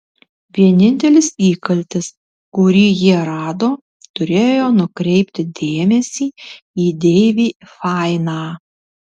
vienintelis įkaltis kurį jie rado turėjo nukreipti dėmesį į deivį fainą